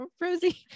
Rosie